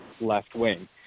left-wing